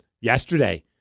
yesterday